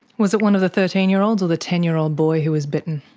was it one of the thirteen year olds or the ten year old boy who was bitten?